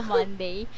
Monday